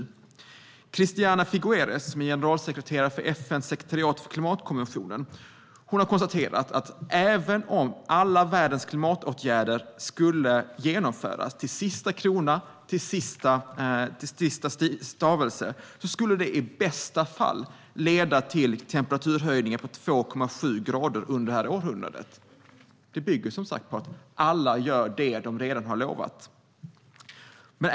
Christiana Figueres, generalsekreterare för FN:s sekretariat för klimatkonventionen, har konstaterat att även om alla världens klimatåtgärder skulle genomföras - till sista krona, till sista stavelse - skulle det i bästa fall leda till en temperaturhöjning på 2,7 grader under det här århundradet. Det bygger som sagt på att alla gör det de redan har lovat.